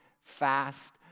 fast